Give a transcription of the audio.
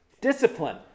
discipline